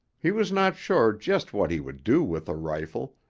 he was not sure just what he would do with a rifle,